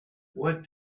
what